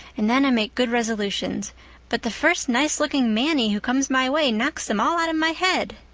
and then i make good resolutions but the first nice-looking mannie who comes my way knocks them all out of my head.